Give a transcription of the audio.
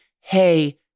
Hey